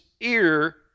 ear